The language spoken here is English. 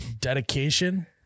dedication